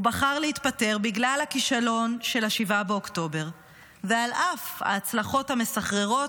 הוא בחר להתפטר בגלל הכישלון של 7 באוקטובר ועל אף ההצלחות המסחררות